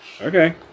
Okay